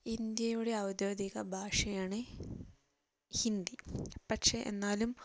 ഇന്ത്യയുടെ ഔദ്യോഗിക ഭാഷയാണ് ഹിന്ദി പക്ഷേ എന്നാലും